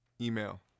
email